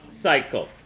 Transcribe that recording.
cycle